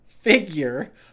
figure